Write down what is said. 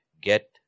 get